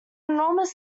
enormous